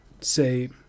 say